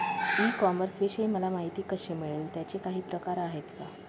E कॉमर्सविषयी मला माहिती कशी मिळेल? त्याचे काही प्रकार आहेत का?